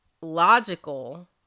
logical